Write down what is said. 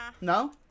no